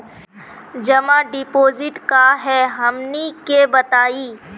जमा डिपोजिट का हे हमनी के बताई?